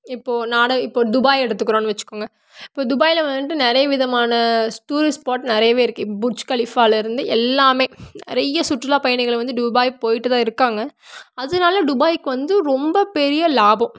இப்போது நாடை இப்போது துபாய் எடுக்கிறோம்னு வச்சுக்கோங்க இப்போது துபாயில் வந்துட்டு நிறைய விதமான டூரிஸ்ட் ஸ்பாட் நிறையவே இருக்குது புர்ட்ஜ் கலிஃபாவிலிருந்து எல்லாமே நிறைய சுற்றுலா பயணிகளளை வந்து துபாய் போய்ட்டு தான் இருகாங்க அதனால துபாய்க்கு வந்து ரொம்ப பெரிய லாபம்